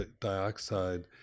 dioxide